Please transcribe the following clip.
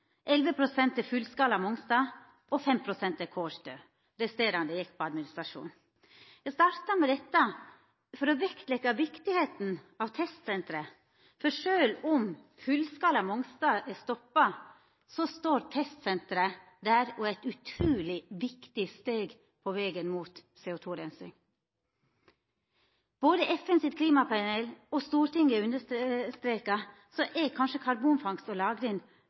pst. til fullskala Mongstad og 5 pst. til Kårstø. Det resterande gjekk til administrasjon. Eg startar med dette for å vektleggja viktigheita av testsenteret, for sjølv om fullskala på Mongstad er stoppa, så står testsenteret der og er eit utruleg viktig steg på vegen mot CO2-rensing. Som både FNs klimapanel og Stortinget understreker, er kanskje karbonfangst og -lagring den